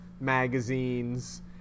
magazines